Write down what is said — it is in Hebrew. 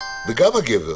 וגם הגבר